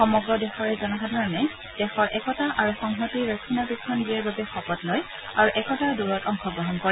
সমগ্ৰ দেশৰে জনসাধাৰণে দেশৰ একতা আৰু সংহতিৰ ৰক্ষণাবেক্ষণ দিয়াৰ বাবে শপত লয় আৰু একতাৰ দৌৰত অংশগ্ৰহণ কৰে